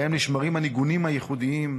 ובהם נשמרים הניגונים הייחודיים,